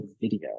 video